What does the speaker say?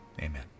Amen